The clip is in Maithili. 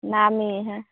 नामी है